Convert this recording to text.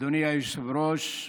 אדוני היושב-ראש,